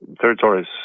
territories